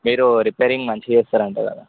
మీరు రిపేరింగ్ మంచిగా చేస్తారు అంట కదా